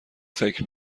فکر